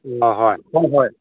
ꯍꯣꯏ ꯍꯣꯏ ꯍꯣꯏ ꯍꯣꯏ